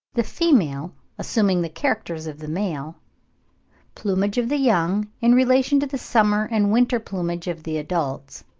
the female assuming the characters of the male plumage of the young in relation to the summer and winter plumage of the adults